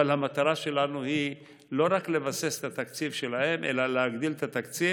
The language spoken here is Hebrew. אבל המטרה שלנו היא לא רק לבסס את התקציב שלהם אלא להגדיל את התקציב,